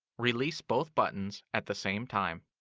release both buttons at the same time.